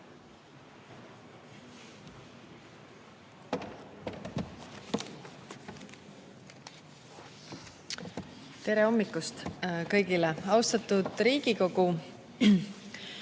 Tere hommikust kõigile! Austatud Riigikogu!